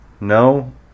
No